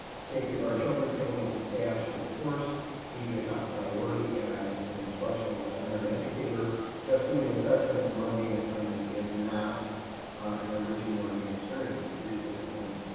safety of our children, families and staff should of course be the top priority as an instructional designer and educator just doing assessments and mundane assignments is not an enriching learning experience. it is disappointing.